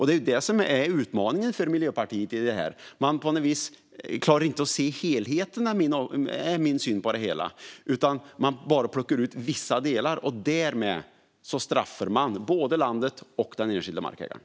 Det är detta som är utmaningen för Miljöpartiet. Man klarar inte att se helheten, som jag ser det, utan man plockar bara ut vissa delar. Därmed straffar man både landet och den enskilde markägaren.